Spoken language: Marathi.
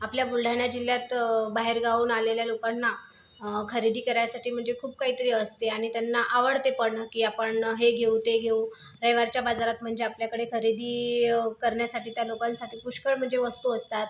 आपल्या बुलढाण्या जिल्ह्यात बाहेरगावावरून आलेल्या लोकांना खरेदी करायसाठी म्हणजे खूप काहीतरी असते आणि त्यांना आवडते पण की आपण हे घेऊ ते घेऊ रविवारच्या बाजारात म्हणजे आपल्याकडे खरेदी करण्यासाठी त्या लोकांसाठी पुष्कळ म्हणजे वस्तू असतात